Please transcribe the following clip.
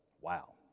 Wow